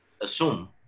assume